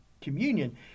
communion